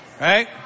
right